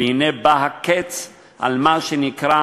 והנה בא הקץ על מה שנקרא